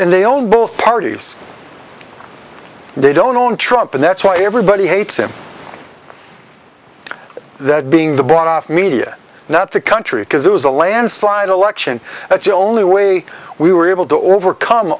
and they own both parties they don't own trump and that's why everybody hates him that being the bought off media not the country because it was a landslide election that's the only way we were able to overcome